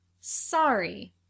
sorry